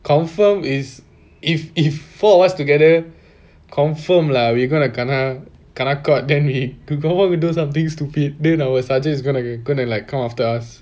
confirm is if if four of us together confirm lah we gonna kena kena caught then we confirm we do something stupid then our sergeant is going going to like come after us